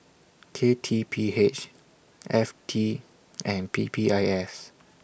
K T P H F T and P P I S